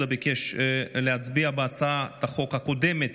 ביקש להצביע נגד בהצעת החוק הקודמת,